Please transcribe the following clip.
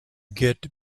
get